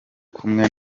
kumwe